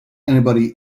anybody